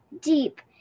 deep